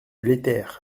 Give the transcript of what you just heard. l’éther